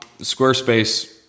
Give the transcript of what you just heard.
Squarespace